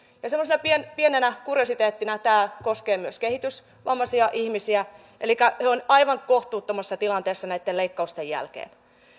ja semmoisena pienenä pienenä kuriositeettina tämä koskee myös kehitysvammaisia ihmisiä elikkä he ovat aivan kohtuuttomassa tilanteessa näitten leikkausten jälkeen